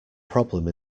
problem